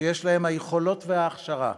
שיש להם היכולות וההכשרה,